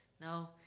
no